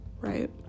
right